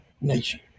nation